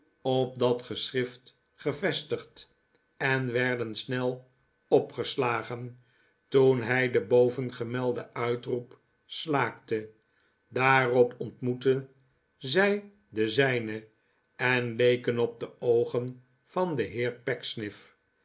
op dat geschrift ge vestigd en werden snel opgeslagen toen hij den bovengemelden uitroep slaakte daarop ontmoetten zij de zijne en leken op de oogen van den